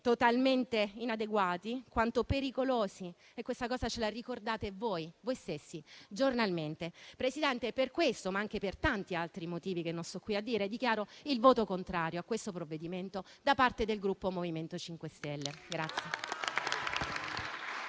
totalmente inadeguati quanto pericolosi, e questa cosa ce la ricordate voi stessi giornalmente. Signor Presidente, per questo, ma anche per tanti altri motivi che non sto qui a dire, dichiaro il voto contrario a questo provvedimento da parte del Gruppo MoVimento 5 Stelle.